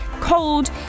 cold